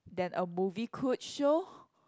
than a movie could show